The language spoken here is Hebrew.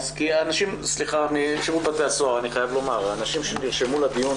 אני חייב לומר שאנשים שנרשמו לדיון